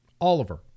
Oliver